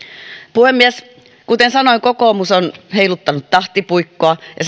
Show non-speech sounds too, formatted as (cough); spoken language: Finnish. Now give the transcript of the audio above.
puhemies kuten sanoin kokoomus on heiluttanut tahtipuikkoa ja (unintelligible)